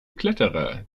kletterer